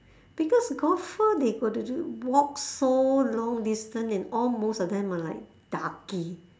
because golfer they got to do walk so long distance and all most of them are like darky